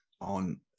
on